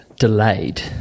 delayed